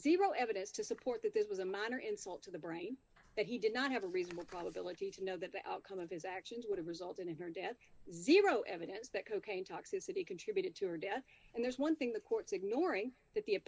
zero evidence to support that this was a minor insult to the brain that he did not have a reasonable probability to know that the outcome of his actions would have resulted in her death zero evidence that cocaine toxicity contributed to her death and there's one thing the courts ignoring that the